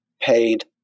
paid